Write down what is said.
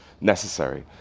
necessary